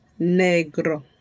negro